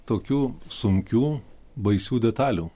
tokių sunkių baisių detalių